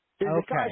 Okay